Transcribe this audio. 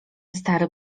stary